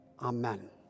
Amen